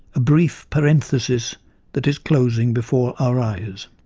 a brief parenthesis that is closing before our eyes'.